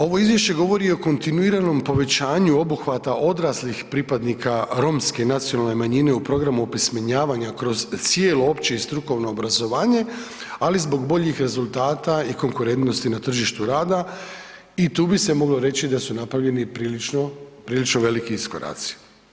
Ovo Izvješće govori o kontinuiranom povećanju obuhvata odraslih pripadnika romske nacionalne manjine u programu opismenjavanja kroz cijelo opće i strukovno obrazovanje, ali zbog boljih rezultata i konkurentnosti na tržištu rada i tu bi se moglo reći da su napravljeni prilično veliki iskoraci.